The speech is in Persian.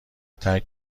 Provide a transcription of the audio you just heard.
ترک